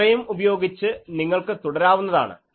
ഇത്രയും ഉപയോഗിച്ച് നിങ്ങൾക്ക് തുടരാവുന്നതാണ്